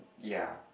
ya